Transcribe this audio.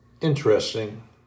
Interesting